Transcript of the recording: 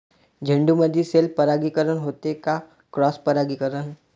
झेंडूमंदी सेल्फ परागीकरन होते का क्रॉस परागीकरन?